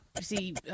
see